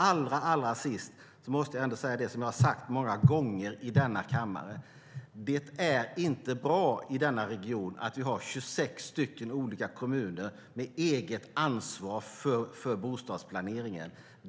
Till sist skulle jag vilja säga det som jag har sagt många gånger i denna kammare, nämligen att det inte är bra att vi i denna region har 26 olika kommuner med eget ansvar för bostadsplaneringen.